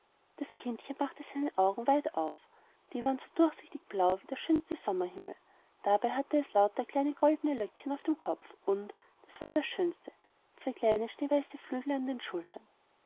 das kindchen machte seine augen weit auf die waren so durchsichtig blau wie der schönste sommerhimmel dabei hatte es eine menge kleiner goldner löckchen auf dem kopf und das war das schönste zwei kleine schneeweiße flügel an den schultern